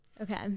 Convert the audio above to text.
Okay